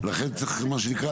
לכן צריך מה שנקרא,